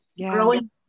growing